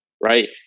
right